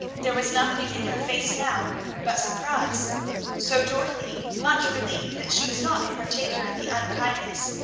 there was nothing in her face now but surprise so dorothy, much relieved that she was not a partaker in the unkindness,